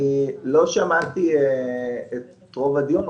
לא שמעתי את רוב הדיון,